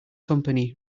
company